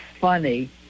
funny